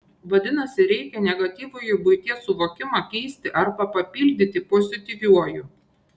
vadinasi reikia negatyvųjį buities suvokimą keisti arba papildyti pozityviuoju